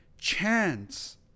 chance